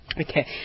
Okay